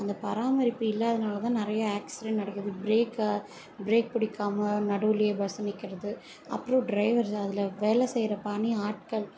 அந்த பராமரிப்பு இல்லாதனால்தான் நிறைய ஆக்சிடெண்ட் நடக்குது ப்ரேக்கு ப்ரேக் பிடிக்காம நடுவிலே பஸ் நிற்கிறது அப்புறம் ட்ரைவர் அதில் வேலை செய்கிற பணி ஆட்கள்